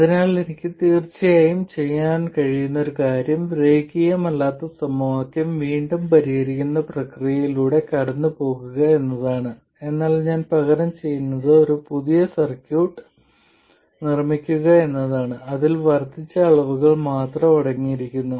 അതിനാൽ എനിക്ക് തീർച്ചയായും ചെയ്യാൻ കഴിയുന്ന ഒരു കാര്യം രേഖീയമല്ലാത്ത സമവാക്യം വീണ്ടും പരിഹരിക്കുന്ന പ്രക്രിയയിലൂടെ കടന്നുപോകുക എന്നതാണ് എന്നാൽ പകരം ഞാൻ ചെയ്യുന്നത് ഒരു പുതിയ സർക്യൂട്ട് നിർമ്മിക്കുക എന്നതാണ് അതിൽ വർദ്ധിച്ച അളവുകൾ മാത്രം അടങ്ങിയിരിക്കുന്നു